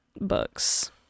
books